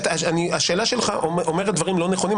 השאלה שלך אומרת דברים לא נכונים,